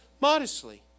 modestly